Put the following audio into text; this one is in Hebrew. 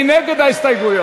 מי נגד ההסתייגויות?